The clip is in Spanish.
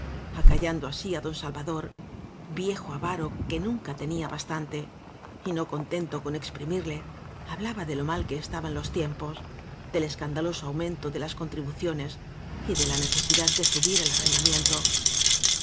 acallando así á don sal vador viejo avaro que nunca tenía bastante y no contento con exprimirle hablaba de lo mal que estaban los tiempos del escandaloso au mento de las contribuciones y de la necesidad de subir el arrendamiento